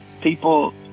people